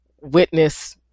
witness